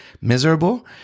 miserable